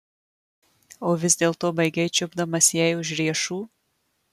o vis dėlto baigei čiupdamas jai už riešų